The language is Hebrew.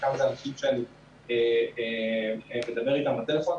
חלקם זה אנשים שאני מדבר איתם בטלפון,